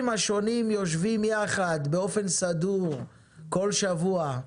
השונים יושבים יחד באופן סדור כל שבוע.